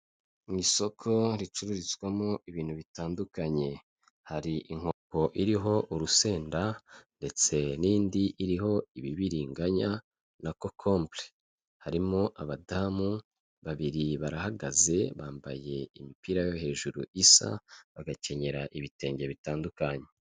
Mu isoko ricururizwamo ibintu bitandukanye, hari inkoko iriho urusenda ndetse n'indi iriho ibibiringanya na kokombure, harimo abadamu babiri barahagaze bambaye imipira yo hejuru isa, bagakenyera ibitenge bitandukanye.